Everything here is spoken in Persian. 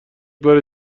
بار